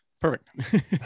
perfect